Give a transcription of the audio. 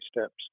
steps